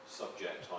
subject